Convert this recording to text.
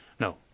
No